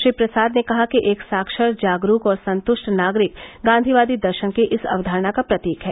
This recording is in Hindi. श्री प्रसाद ने कहा कि एक साक्षर जागरूक और संतृष्ट नागरिक गांधीवादी दर्शन की इस अवधारणा का प्रतीक है